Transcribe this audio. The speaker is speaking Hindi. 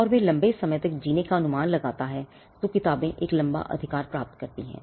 और अगर वह लंबे समय तक जीने का अनुमान लगाता है तो किताबें एक लंबा अधिकार प्राप्त करती हैं